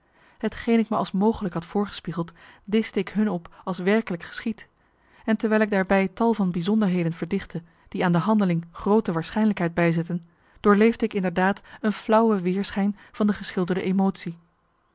hetgeen ik me als mogelijk had voorgespiegeld dischte ik hun op als werkelijk geschied en terwijl ik daarbij tal van bijzonderheden verdichtte die aan de handeling groote waarschijnlijkheid bijzetten doorleefde ik inderdaad een flauwe weerschijn van de geschilderde emotie